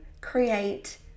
create